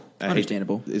understandable